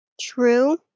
True